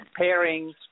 pairings